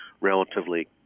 relatively